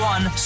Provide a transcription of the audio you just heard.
One